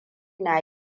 na